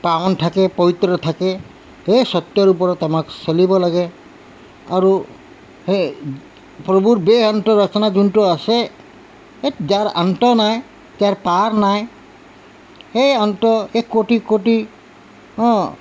পাৱন থাকে পৱিত্ৰ থাকে সেই সত্যৰ ওপৰত আমাক চলিব লাগে আৰু সেই প্ৰভুৰ বে অন্তৰৰ ৰচনা যোনটো আছে যাৰ আন্ত নাই যাৰ পাৰ নাই সেই অন্ত সেই কৌটি কৌটি অঁ